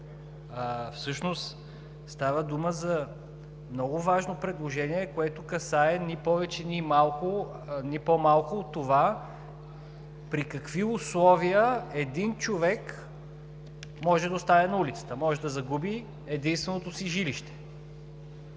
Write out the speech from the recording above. Всъщност става дума за много важно предложение, което касае ни повече, ни по малко от това при какви условия един човек може да остане на улицата, може да загуби единственото си жилище.